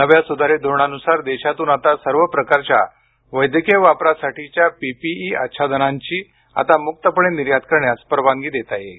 नव्या सुधारित धोरणानुसार देशातून आता सर्व प्रकारच्या वैद्यकीय वापरासाठीच्या पीपीई आच्छादनांची कव्हरॉल्स आता मुक्तपणे निर्यात करण्यास परवानगी देता येईल